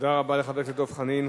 תודה רבה לחבר הכנסת דב חנין.